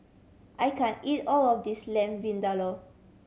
I can't eat all of this Lamb Vindaloo